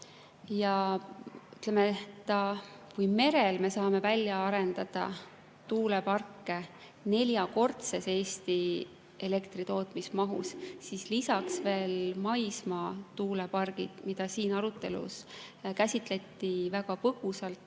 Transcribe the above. Kui merel me saame välja arendada tuuleparke neljakordses Eesti elektritootmismahus, siis lisaks tulevad veel maismaa tuulepargid, mida siin arutelus käsitleti väga põgusalt,